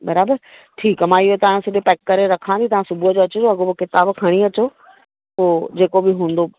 बराबरि ठीकु आहे मां इएं तव्हां सॼो पैक करे रखां थी तव्हां सुबुह जो अचिजो अॻो पोइ किताबु खणी अचो पोइ जेको बि हूंदो